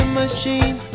machine